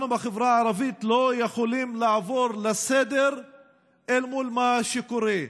אנחנו בחברה הערבית לא יכולים לעבור לסדר-היום אל מול מה שקורה,